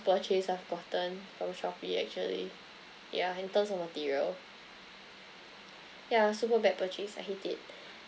purchase I've gotten from Shopee actually yeah in terms of material yeah super bad purchase I hate it